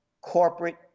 corporate